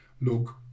look